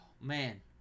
man